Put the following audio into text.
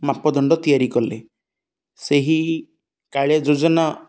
ମାପଦଣ୍ଡ ତିଆରି କଲେ ସେହି କାଳିଆ ଯୋଜନା